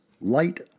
Light